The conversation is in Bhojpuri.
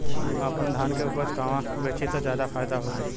हम अपने धान के उपज कहवा बेंचि त ज्यादा फैदा होई?